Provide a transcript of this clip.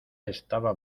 estaba